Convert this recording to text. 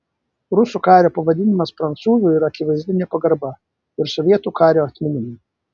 rusų kario pavadinimas prancūzu yra akivaizdi nepagarba ir sovietų kario atminimui